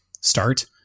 start